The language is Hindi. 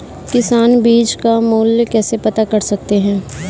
किसान बीज का मूल्य कैसे पता कर सकते हैं?